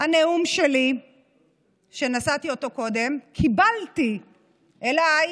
הנאום שלי שנשאתי קודם, קיבלתי אליי